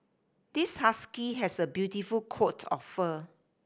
this husky has a beautiful coat of fur